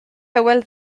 hywel